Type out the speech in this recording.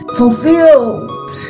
fulfilled